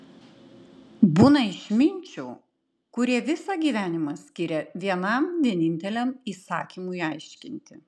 būna išminčių kurie visą gyvenimą skiria vienam vieninteliam įsakymui aiškinti